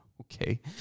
Okay